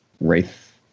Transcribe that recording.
wraith